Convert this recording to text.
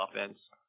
offense